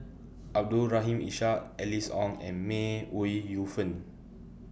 Abdul Rahim Ishak Alice Ong and May Ooi Yu Fen